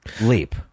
leap